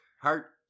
heart